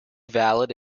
valid